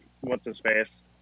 what's-his-face